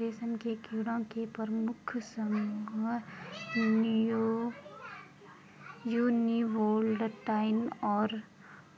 रेशम के कीड़ों के प्रमुख समूह यूनिवोल्टाइन और